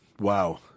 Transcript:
Wow